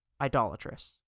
idolatrous